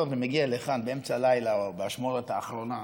ומגיע לכאן באמצע הלילה או באשמורת האחרונה,